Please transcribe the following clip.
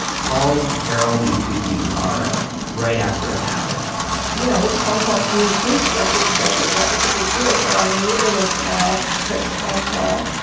called carol mancusi-ungaro right after it happened you know, it was a phone call from rudi fuchs, director of stedelijk. that was a big deal. so i immediately went to my office to take the phone call,